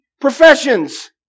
professions